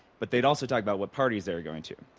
but they'd also talk about what parties they're going to.